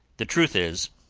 the truth is,